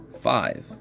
Five